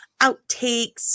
outtakes